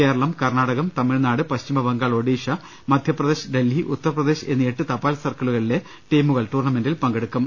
കേരളം കർണാടക തമിഴ്നാട് പശ്ചിമബംഗാൾ ഒഡീഷ മധ്യപ്രദേശ് ഡൽഹി ഉത്തർപ്രദേശ് എന്നീ എട്ട് തപാൽ സർക്കിളുകളിലെ ടീമു കൾ ടൂർണ്ണമെന്റിൽ പങ്കെടുക്കും